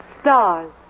Stars